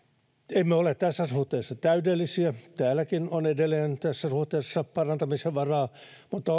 emme ole tässä suhteessa täydellisiä täälläkin on edelleen tässä suhteessa parantamisen varaa mutta